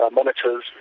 monitors